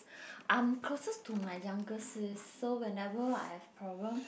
I'm closest to my younger sis so whenever I have problem